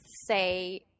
say